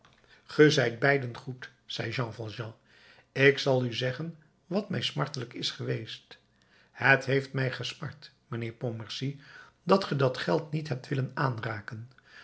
zijt beiden goed zei jean valjean ik zal u zeggen wat mij smartelijk is geweest het heeft mij gesmart mijnheer pontmercy dat ge dat geld niet hebt willen aanraken